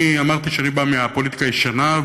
אני אמרתי שאני בא מהפוליטיקה הישנה,